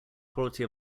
quality